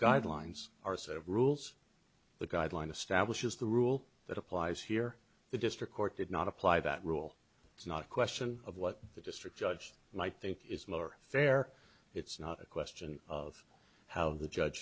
guidelines are set of rules the guideline establishes the rule that applies here the district court did not apply that rule it's not a question of what the district judge might think is more fair it's not a question of how the judge